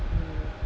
mm